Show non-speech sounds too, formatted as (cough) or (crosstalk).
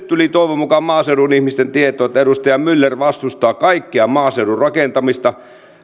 (unintelligible) tuli toivon mukaan maaseudun ihmisten tietoon että edustaja myller vastustaa kaikkea maaseudun rakentamista